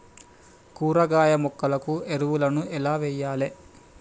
కూరగాయ మొక్కలకు ఎరువులను ఎలా వెయ్యాలే?